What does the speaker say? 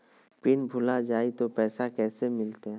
Pin भूला जाई तो पैसा कैसे मिलते?